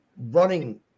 running